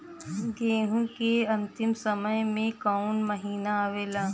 गेहूँ के अंतिम मौसम में कऊन महिना आवेला?